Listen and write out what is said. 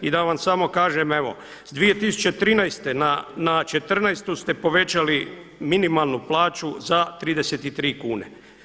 I da vam samo kažem, evo sa 2013. na 14. ste povećali minimalnu plaću za 33 kune.